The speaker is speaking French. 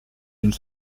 une